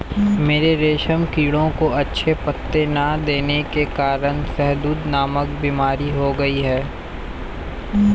मेरे रेशम कीड़ों को अच्छे पत्ते ना देने के कारण शहदूत नामक बीमारी हो गई है